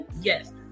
Yes